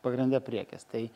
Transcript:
pagrinde priekis tai